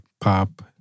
pop